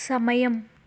సమయం